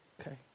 Okay